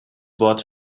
wort